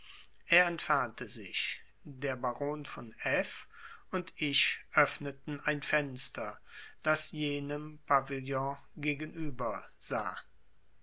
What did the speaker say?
er entfernte sich der baron von f und ich öffneten ein fenster das jenem pavillon gegenüber sah